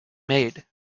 made